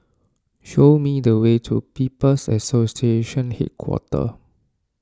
show me the way to People's Association Headquarters